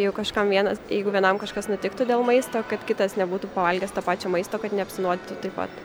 jeigu kažkam vienas jeigu vienam kažkas nutiktų dėl maisto kad kitas nebūtų pavalgęs to pačio maisto kad neapsinuodytų taip pat